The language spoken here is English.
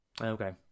Okay